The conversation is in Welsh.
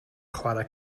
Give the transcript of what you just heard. chwarae